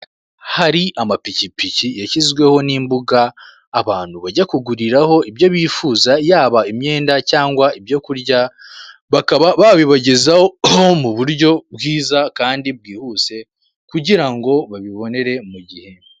Hari amapikipiki yashyizweho n'imbuga abantu bajya kuguriraho ibyo bifuza yaba imyenda cyangwa ibyo kurya bakaba babibagezahoho mu buryo bwiza kandi bwihuse kugira ngo babibonere mu gihe.